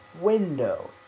window